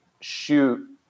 shoot